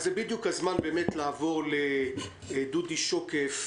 זה בדיוק הזמן לעבור לדודי שוקף,